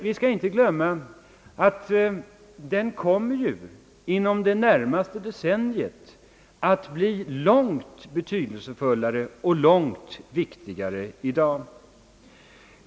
Vi skall inte glömma att u-hjälpen redan inom det närmaste decenniet kommer att bli långt betydelsefullare och viktigare än den är just nu.